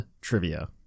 Trivia